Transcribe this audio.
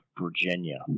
Virginia